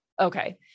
Okay